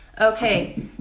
Okay